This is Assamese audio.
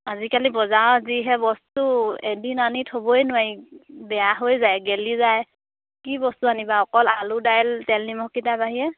আজিকালি বজাৰৰ যিহে বস্তু এদিন আনি থ'বই নোৱাৰি বেয়া হৈ যায় গেলি যায় কি বস্তু আনিবা অকল আলু দাইল তেল নিমখকেইটাৰ বাহিৰে